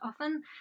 often